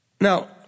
Now